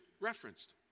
referenced